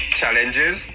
challenges